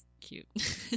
cute